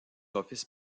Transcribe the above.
office